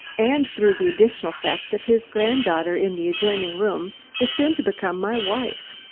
and through the additional fact that his granddaughter in the adjoining room is soon to become my wife.